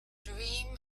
dream